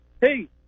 hey